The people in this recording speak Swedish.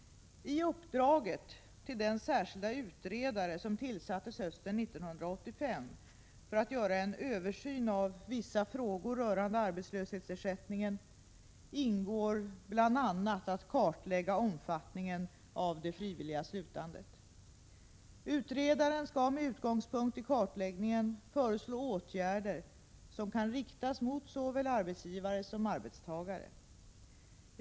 I uppdraget till den särskilde utredare som tillsattes hösten 1985 för att göra en översyn av vissa frågor rörande arbetslöshetsersättningen ingår bl.a. att kartlägga omfattningen av det frivilliga slutandet. Utredaren skall med utgångspunkt i kartläggningen föreslå åtgärder som kan riktas mot såväl arbetsgivare som arbetstagare.